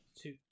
two